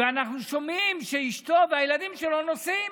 ואנחנו שומעים שאשתו והילדים שלו נוסעים.